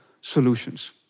solutions